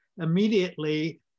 immediately